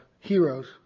heroes